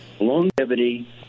longevity